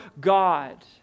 God